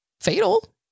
fatal